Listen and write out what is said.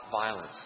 violence